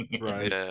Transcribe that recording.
Right